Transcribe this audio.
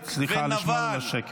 חברי הכנסת, סליחה, לשמור על השקט.